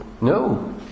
No